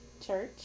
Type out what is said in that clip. church